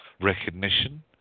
recognition